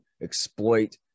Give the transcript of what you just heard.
exploit